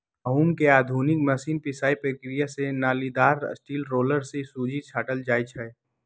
गहुँम के आधुनिक मशीन पिसाइ प्रक्रिया से नालिदार स्टील रोलर से सुज्जी छाटल जाइ छइ